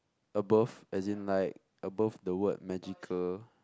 above as in like above the word magical